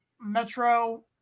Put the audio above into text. Metro